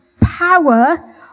power